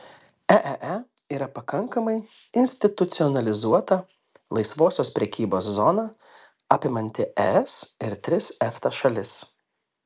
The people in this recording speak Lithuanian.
eee yra pakankamai institucionalizuota laisvosios prekybos zona apimanti es ir tris efta šalis